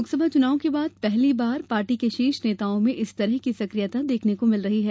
लोकसभा चुनाव के बाद पहली बार पार्टी के शीर्ष नेताओं में इस तरह की सक्रियता देखने को मिल रही है